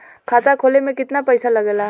खाता खोले में कितना पैसा लगेला?